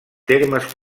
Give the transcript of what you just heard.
termes